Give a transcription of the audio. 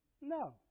No